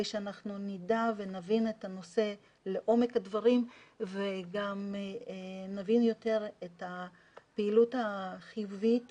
שנדע ונבין את הנושא לעומק הדברים וגם נבין יותר את הפעילות החיובית